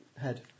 head